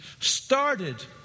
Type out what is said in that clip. Started